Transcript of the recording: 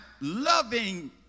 loving